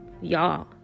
Y'all